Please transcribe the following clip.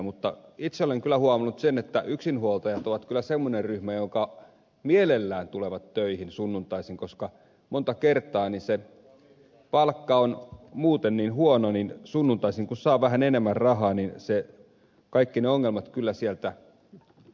mutta itse olen kyllä huomannut sen että yksinhuoltajat ovat kyllä semmoinen ryhmä joka mielellään tulee töihin sunnuntaisin koska monta kertaa se palkka on muuten niin huono niin sunnuntaisin kun saa vähän enemmän rahaa niin kaikki ne ongelmat kyllä sieltä ratkeavat